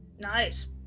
Nice